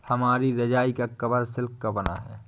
हमारी रजाई का कवर सिल्क का बना है